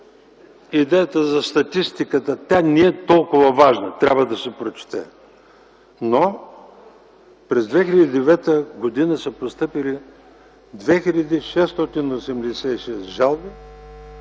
идеята за статистиката, тя не е толкова важна, трябва да се прочете. През 2009 г. са постъпили 2686 жалби